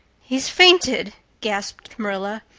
he's fainted, gasped marilla.